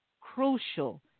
crucial